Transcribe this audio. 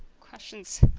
questions